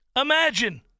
Imagine